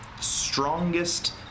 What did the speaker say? strongest